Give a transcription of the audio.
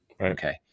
Okay